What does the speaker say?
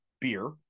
beer